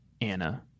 Anna